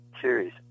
series